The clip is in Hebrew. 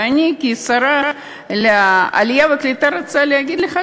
ואני כשרת העלייה והקליטה רוצה להגיד לך,